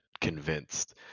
convinced